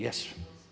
Jesu.